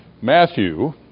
Matthew